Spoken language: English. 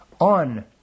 on